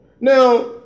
Now